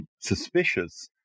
suspicious